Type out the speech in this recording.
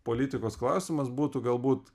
politikos klausimas būtų galbūt